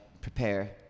prepare